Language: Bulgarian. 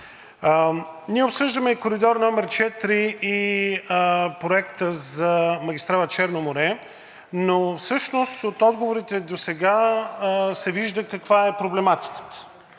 Ние обсъждаме и коридор № 4, и проекта за магистрала „Черно море“, но всъщност от отговорите досега се вижда каква е проблематиката,